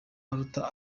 aruta